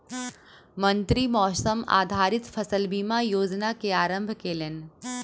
मंत्री मौसम आधारित फसल बीमा योजना के आरम्भ केलैन